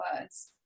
words